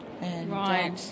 Right